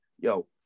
yo